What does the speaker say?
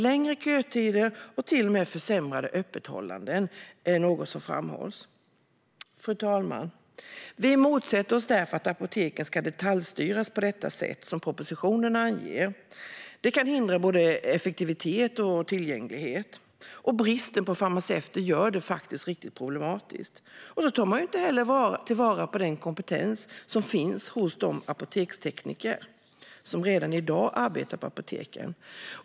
Längre kötider och till och med försämrat öppethållande hör till det som framhålls. Fru talman! Vi motsätter oss därför att apoteken ska detaljstyras på det sätt som propositionen anger. Det kan hindra både effektivitet och tillgänglighet. Bristen på farmaceuter gör det riktigt problematiskt. Man tar inte heller vara på den kompetens som finns hos de apotekstekniker som redan i dag arbetar på apoteken.